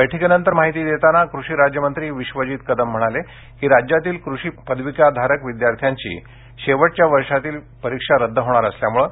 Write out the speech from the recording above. बैठकीनंतर माहिती देताना कृषी राज्यमंत्री विश्वजीत कदम म्हणाले की राज्यातील कृषी पदविकाधारक विद्यार्थ्यांची शेवटच्या वर्षातील विद्यार्थ्यांची परीक्षा रद्द होणार असल्यामुळे